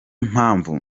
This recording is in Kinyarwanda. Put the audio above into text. mpamvu